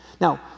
Now